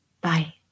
Bye